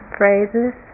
phrases